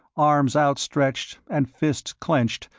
arms outstretched and fists clenched,